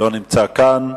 לא נמצא כאן,